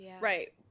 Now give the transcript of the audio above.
right